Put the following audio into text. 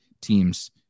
teams